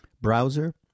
browser